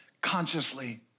consciously